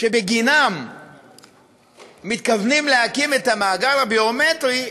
שבגינם מתכוונים להקים את המאגר הביומטרי,